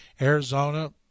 Arizona